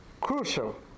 crucial